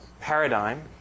paradigm